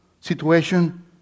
situation